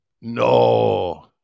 No